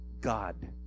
God